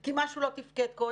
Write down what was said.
כי משהו לא תפקד קודם,